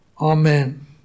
Amen